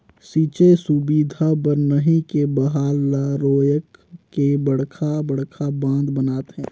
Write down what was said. सिंचई सुबिधा बर नही के बहाल ल रोयक के बड़खा बड़खा बांध बनाथे